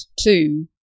two